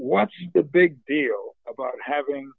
watching the big deal about having